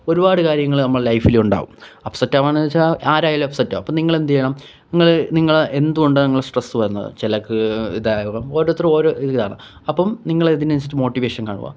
ഒരുപാട് കാര്യങ്ങള് നമ്മളെ ലൈഫിലുണ്ടാവും അപ്സെറ്റാവാന്നുവച്ചാല് ആരായാലും അപ്സെറ്റാവും അപ്പോള് നിങ്ങളെന്തു ചെയ്യണം നിങ്ങള് എന്തുകൊണ്ടാണ് നിങ്ങള് സ്ട്രെസ്സ് വന്നത് ചിലർക്ക് ഇതാവാം ഓരോരുത്തര് ഓരോ ഇതാണ് അപ്പോള് നിങ്ങള് അതിനനുസരിച്ച് മോട്ടിവേഷൻ ആവുക